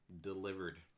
delivered